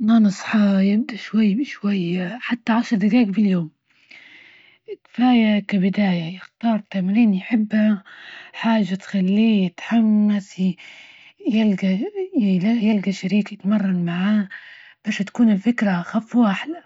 ما نصحى يمد شوي بشوية حتى عشر دجايج باليوم، كفاية كبداية يختار تمرين يحبها حاجة تخليه يتحمس، يلجى شريك يتمرن معاه باش تكون الفكرة أخف أحلى،